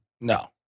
No